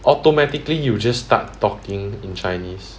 automatically you just start talking in chinese